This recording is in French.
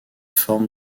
forme